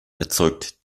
erzeugt